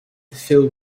phil